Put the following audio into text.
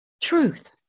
Truth